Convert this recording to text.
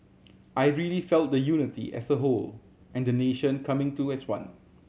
I really felt the unity as a whole and the nation coming to as one